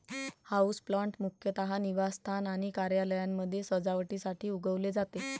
houseplant मुख्यतः निवासस्थान आणि कार्यालयांमध्ये सजावटीसाठी उगवले जाते